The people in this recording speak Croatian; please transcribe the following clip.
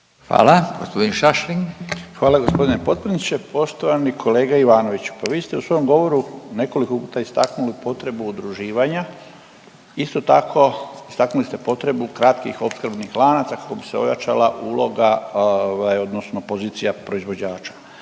**Šašlin, Stipan (HDZ)** Hvala g. potpredsjedniče. Poštovani kolega Ivanoviću, pa vi ste u svom govoru nekoliko puta istaknuli potrebu udruživanja, isto tako istaknuli ste potrebu kratkih opskrbnih lanaca kako bi se ojačala uloga ovaj odnosno pozicija proizvođača,